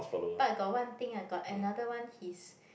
but got one thing ah got another one his